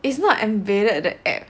it's not embedded the app